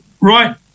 right